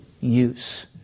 use